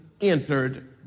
entered